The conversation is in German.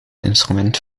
instrument